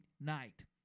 night